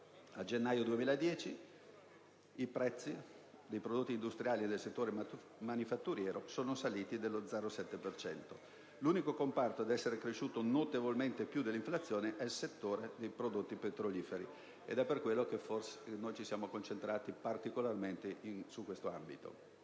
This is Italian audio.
A gennaio 2010 i prezzi dei prodotti industriali del settore manifatturiero sono saliti dello 0,7 per cento. L'unico comparto ad essere cresciuto notevolmente più dell'inflazione è il settore dei prodotti petroliferi (ed è per quello che ci siamo concentrati particolarmente su questo ambito),